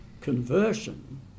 conversion